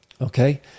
Okay